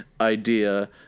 idea